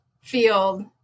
field